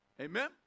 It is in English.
Amen